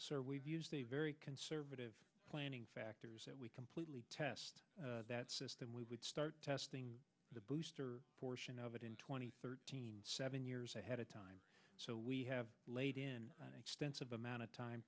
sir we've used a very conservative planning factors that we completely test that system we would start testing the booster portion of it in two thousand and thirteen seven years ahead of time so we have laid in an extensive amount of time